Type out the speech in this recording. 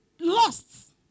lost